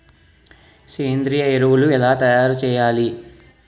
సేంద్రీయ ఎరువులు ఎలా తయారు చేయాలి?